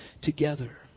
together